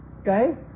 okay